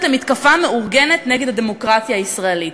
למתקפה מאורגנת נגד הדמוקרטיה הישראלית,